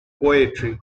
poetry